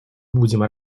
будем